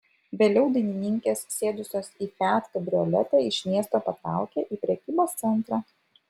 vėliau dainininkės sėdusios į fiat kabrioletą iš miesto patraukė į prekybos centrą